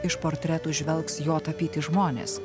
iš portretų žvelgs jo tapyti žmonės